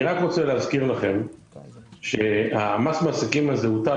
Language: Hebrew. אני רק רוצה להזכיר לכם שמס המעסיקים הזה הוטל